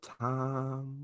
time